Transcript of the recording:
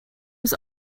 was